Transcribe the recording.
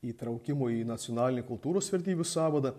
įtraukimo į nacionalinį kultūros vertybių sąvadą